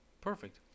perfect